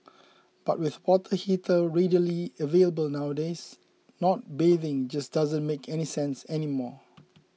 but with water heater readily available nowadays not bathing just doesn't make any sense anymore